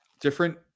different